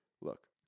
Look